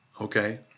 Okay